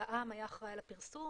הלע"מ היה אחראי על הפרסום.